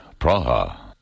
Praha